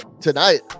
tonight